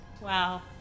Wow